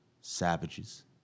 savages